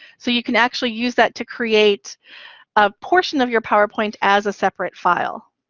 so you can actually use that to create a portion of your powerpoint as a separate file.